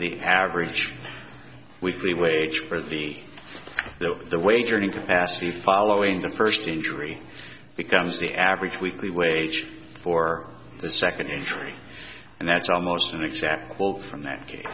the average weekly wage for the the wage earning capacity following the first injury becomes the average weekly wage for the second entry and that's almost an exact quote from that